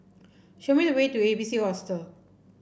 show me the way to A B C Hostel